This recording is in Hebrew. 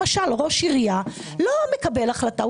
למשל ראש עירייה לא מקבל החלטה.